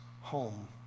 home